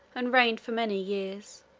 and reigned for many years,